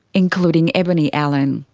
including ebony allen.